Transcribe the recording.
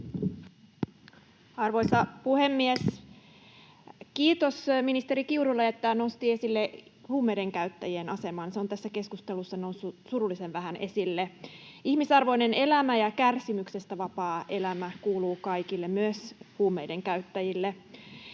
Arvoisa puhemies! Kiitos ministeri Kiurulle, että hän nosti esille huumeiden käyttäjien aseman. Se on tässä keskustelussa noussut surullisen vähän esille. Ihmisarvoinen elämä ja kärsimyksestä vapaa elämä kuuluu kaikille, myös huumeiden käyttäjille.